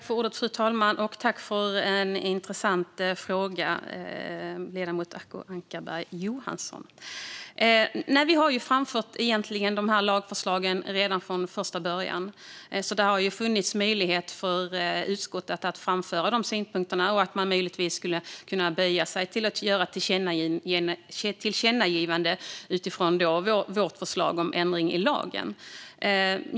Fru talman! Tack, ledamoten Acko Ankarberg Johansson, för en intressant fråga! Vi har egentligen framfört de här lagförslagen redan från första början, så det har funnits möjlighet för utskottet att framföra de synpunkterna. Man hade möjligtvis kunnat böja sig till att stödja ett tillkännagivande utifrån vårt förslag om ändring i lagen.